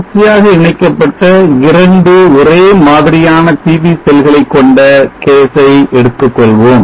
தொடர்ச்சியாக இணைக்கப்பட்ட 2 ஒரே மாதிரியான PV செல்களை கொண்ட case ஐ எடுத்துக்கொள்வோம்